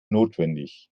notwendig